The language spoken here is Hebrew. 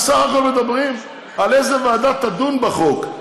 אנחנו בסך הכול מדברים על איזו ועדה תדון בחוק.